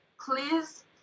Please